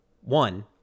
One